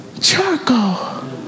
Charcoal